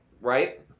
right